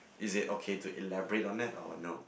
is that okay to elaborate on that or not